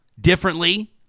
differently